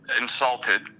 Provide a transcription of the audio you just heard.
insulted